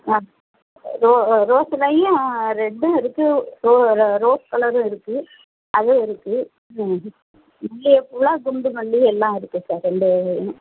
ஆ ரோ ரோஸுலேயும் ரெட்டும் இருக்குது ரோ ரோ ரோஸ் கலரும் இருக்குது அதுவும் இருக்குது ம் மல்லிகைப்பூலாம் குண்டு மல்லி எல்லாம் இருக்குது சார் செண்டு